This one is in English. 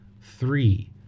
three